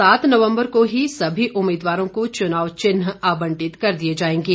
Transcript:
सात नवम्बर को ही सभी उम्मीदवारों को चुनाव चिन्ह आबंटित कर दिए जाएंगे